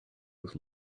was